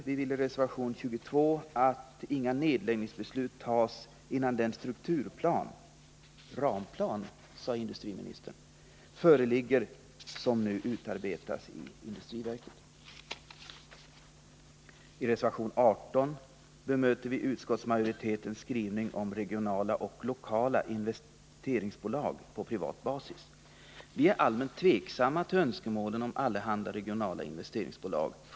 Vi framhåller i reservation 22 att inga nedläggningsbeslut bör fattas innan den strukturplan — ”ramplan” sade industriministern — som nu utarbetas inom industriverket föreligger. I reservation 18 bemöter vi utskottsmajoritetens skrivning om regionala/ lokala investeringsbolag på privat basis. Vi är för det första allmänt tveksamma till önskemålen om allehanda regionala investeringsbolag.